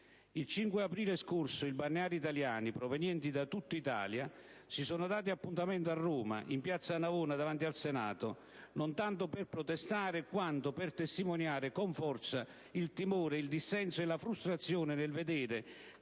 Il 5 aprile scorso i balneari italiani, provenienti da tutta Italia, si sono dati appuntamento a Roma, in piazza Navona, davanti al Senato, non tanto per protestare, quanto per testimoniare con forza il timore, il dissenso e la frustrazione nel vedere